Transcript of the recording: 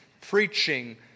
preaching